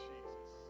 Jesus